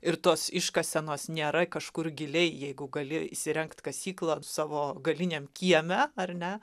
ir tos iškasenos nėra kažkur giliai jeigu gali įsirengt kasyklą savo galiniam kieme ar ne